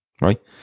Right